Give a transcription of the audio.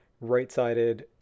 right-sided